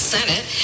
Senate